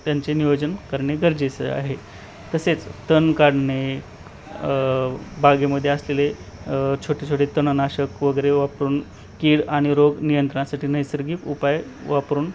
त्यांचे नियोजन करणे गरजेचं आहे तसेच तण काढणे बागेमध्ये असलेले छोटे छोटे तणनाशक वगैरे वापरून कीड आणि रोग नियंत्रणासाठी नैसर्गिक उपाय वापरून